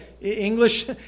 English